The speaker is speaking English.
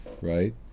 right